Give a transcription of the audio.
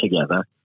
together